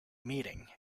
meeting